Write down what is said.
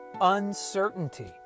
Uncertainty